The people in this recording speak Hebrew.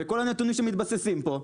וכל הנתונים שמתבססים פה,